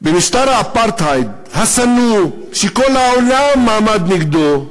במשטר האפרטהייד השנוא, שכל העולם עמד נגדו,